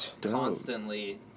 constantly